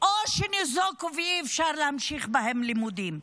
או שניזוקו ואי-אפשר להמשיך בהם את הלימודים.